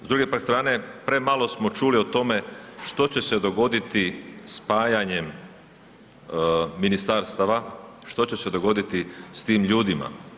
S druge pak strane, premalo smo čuli o tome što će se dogoditi spajanjem ministarstava, što će se dogoditi s tim ljudima.